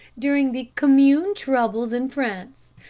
during the commune troubles in france.